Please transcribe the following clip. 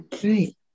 Great